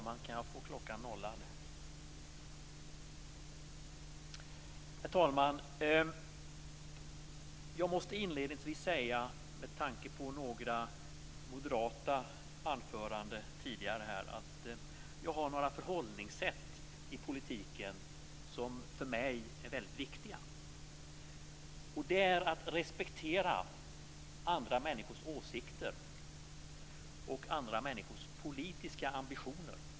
Herr talman! Med tanke på några moderata anföranden tidigare här vill jag inledningsvis säga att jag har några förhållningssätt i politiken som för mig är väldigt viktiga. Det är att respektera andra människors åsikter och andra människors politiska ambitioner.